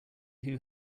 who